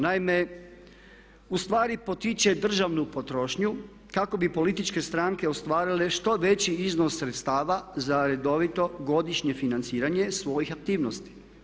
Naime, ustvari potiče državnu potrošnju kako bi političke stranke ostvarile što veći iznos sredstava za redovito godišnje financiranje svojih aktivnosti.